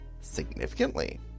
significantly